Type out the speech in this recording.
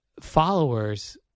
followers